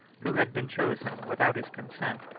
who had been chosen, without his consent,